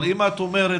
אבל אם את אומרת,